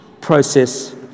process